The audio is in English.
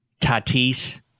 Tatis